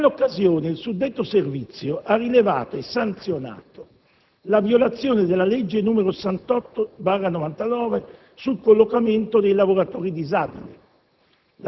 Nell'occasione, il suddetto servizio ha rilevato e sanzionato la violazione della legge n. 68 del 1999 sul collocamento dei lavoratori disabili;